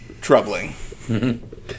troubling